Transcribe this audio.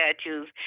statues